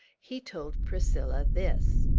he told priscilla this.